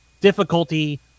difficulty